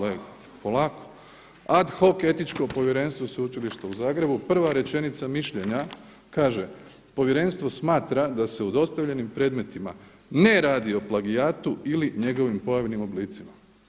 Ad hoc Etičko povjerenstvo Sveučilišta u Zagrebu prva rečenica mišljenja kaže „Povjerenstvo smatra da se u dostavljenim predmetima ne radi o plagijatu ili njegovim pojavnim oblicima“